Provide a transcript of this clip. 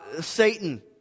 Satan